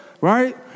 right